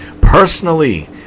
Personally